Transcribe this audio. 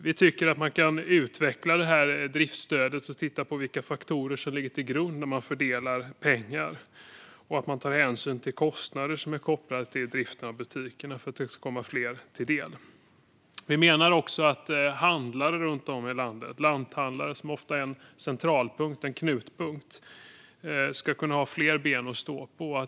Vi tycker att man kan utveckla det här driftstödet och titta på vilka faktorer som ligger till grund när man fördelar pengar och att man tar hänsyn till kostnader som är kopplade till driften av butikerna för att det ska komma fler till del. Vi menar också att handlare runt om i landet - lanthandlare som ofta är en centralpunkt, en knutpunkt - ska kunna ha fler ben att stå på.